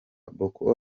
boko